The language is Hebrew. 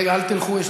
רגע, רגע, אל תלכו.